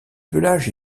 pelage